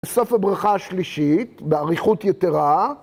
סוף הברכה השלישית, באריכות יתרה.